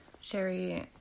Sherry